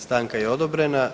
Stanka je odobrena.